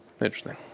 Interesting